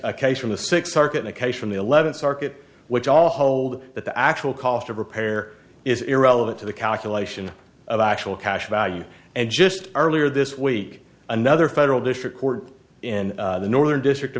a case from the six arkan a case from the eleventh circuit which all hold that the actual cost of repair is irrelevant to the calculation of actual cash value and just earlier this week another federal district court in the northern district